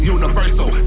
universal